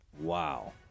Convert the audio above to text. Wow